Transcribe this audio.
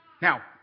Now